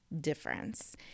difference